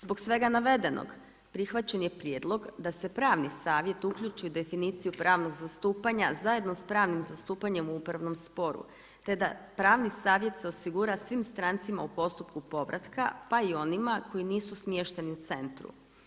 Zbog svega navedenog, prihvaćen je prijedlog da se pravni savjet uključi u definiciju pravnog zastupanja zajedno sa pravnim zastupanjem u upravnom sporu, te da pravni savjet se osigura svim strancima u postupku povratka pa i onima koji nisu smješteni u centru.